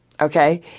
okay